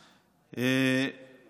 באמת,